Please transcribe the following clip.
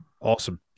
Awesome